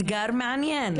אתגר מעניין,